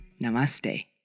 Namaste